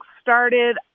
started